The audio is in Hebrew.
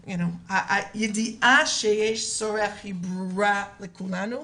והידיעה שיש צורך, ברורה לכולנו.